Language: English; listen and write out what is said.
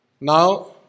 Now